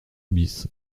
bis